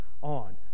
on